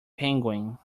penguin